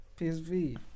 PSV